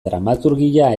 dramaturgia